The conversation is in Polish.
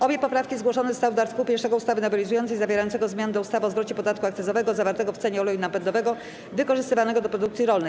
Obie poprawki zgłoszone zostały do art. 1 ustawy nowelizującej zawierającego zmiany do ustawy o zwrocie podatku akcyzowego zawartego w cenie oleju napędowego wykorzystywanego do produkcji rolnej.